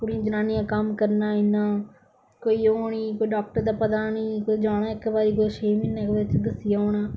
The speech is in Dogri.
कुडियां जनानियां कम्म करना इन्ना कोई ओह् नेई कोई डाॅकटर दा पता नेई कोई जाना दवाई गी छे म्हीने दस्सी औना